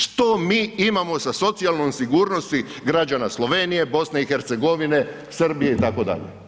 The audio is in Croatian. Što mi imamo sa socijalnom sigurnosti građana Slovenije, BiH, Srbije itd.